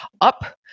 up